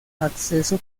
acceso